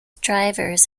drivers